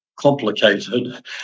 complicated